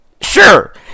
Sure